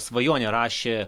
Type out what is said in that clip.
svajonė rašė